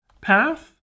path